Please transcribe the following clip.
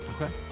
Okay